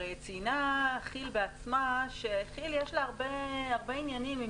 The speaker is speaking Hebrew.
הרי ציינה כי"ל בעצמה שיש לה הרבה עניינים עם